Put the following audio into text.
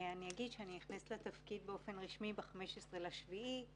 אני נכנסת לתפקיד באופן רשמי ב-15 ביולי,